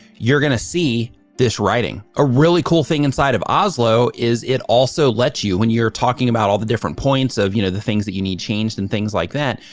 you're gonna see this writing. a really cool thing inside of oslo, is it also lets you, when you're talking about all the different points of, you know, the things that you need changed and things like that,